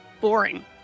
boring